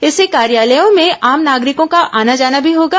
इससे कार्यालयों में आम नागरिकों का आना जाना भी होगा